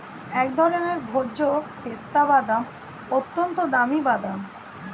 এক ধরনের ভোজ্য পেস্তা বাদাম, অত্যন্ত দামি বাদাম